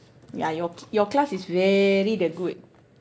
ya your your class is very the good